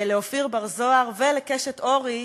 לאופיר בר-זהר ולקשת אורי,